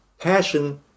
passion